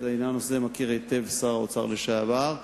ואת הנושא הזה מכיר היטב שר האוצר לשעבר.